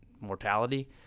mortality